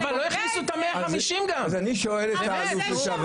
היו"ר מירב בן ארי (יו"ר ועדת ביטחון הפנים): על כך שמענו.